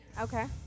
Okay